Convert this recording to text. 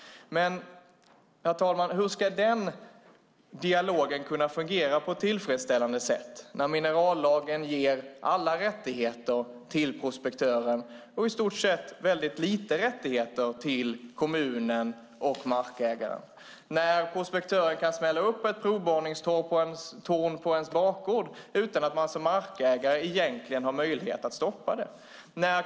Men, herr talman, hur ska denna dialog kunna fungera på ett tillfredsställande sätt när minerallagen ger alla rättigheter till prospektören och i stort sett väldigt lite rättigheter till kommunen och markägaren? Prospektören kan smälla upp ett provborrningstorn på ens bakgård utan att man som markägare egentligen har möjlighet att stoppa det.